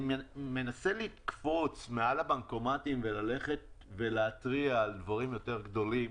אני מנסה לקפוץ מעל נושא הבנקומטים ולהתריע על דברים יותר גדולים